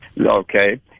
Okay